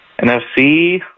NFC